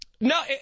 No